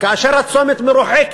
כאשר הצומת מרוחק